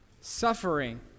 suffering